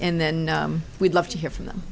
and then we'd love to hear from them